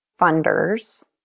funders